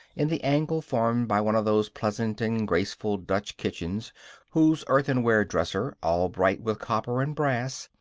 in the angle formed by one of those pleasant and graceful dutch kitchens whose earthenware dresser, all bright with copper and brass,